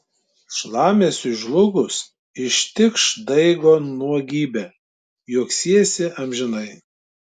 šlamesiui žlugus ištikš daigo nuogybė juoksiesi amžinai